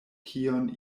kion